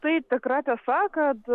tai tikra tiesa kad